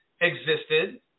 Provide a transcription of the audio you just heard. existed